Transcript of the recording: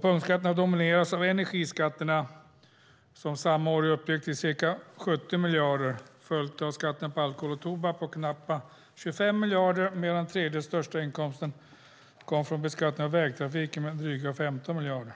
Punktskatterna domineras av energiskatterna, som samma år uppgick till 70 miljarder, följt av skatten på alkohol och tobak med knappa 25 miljarder medan den tredje största inkomsten kom från beskattningen av vägtrafiken med dryga 15 miljarder.